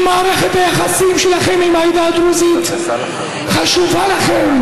אם מערכת היחסים שלכם עם העדה הדרוזית חשובה לכם,